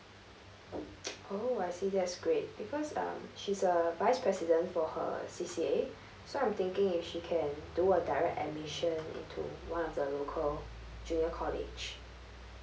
oh I see that's great because um she's a vice president for her C_C_A so I'm thinking if she can do a direct admission into one of the local junior college